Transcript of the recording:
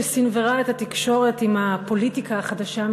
שסנוורה את התקשורת עם הפוליטיקה החדשה,